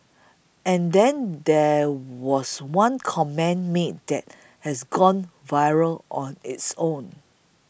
and then there was one comment made that has gone viral on its own